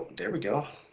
there we go.